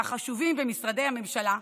מהחשובים במשרדי הממשלה,